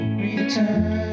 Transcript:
return